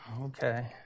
Okay